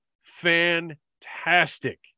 fantastic